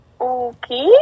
Okay